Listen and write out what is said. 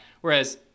Whereas